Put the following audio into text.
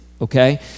okay